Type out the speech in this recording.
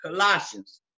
Colossians